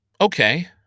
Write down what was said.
Okay